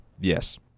Yes